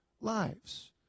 lives